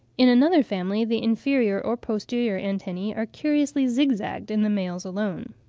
in another family the inferior or posterior antennae are curiously zigzagged in the males alone.